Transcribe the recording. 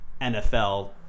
NFL